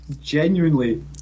genuinely